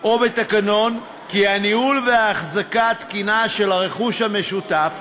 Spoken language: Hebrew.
או בתקנון כי הניהול והאחזקה התקינה של הרכוש המשותף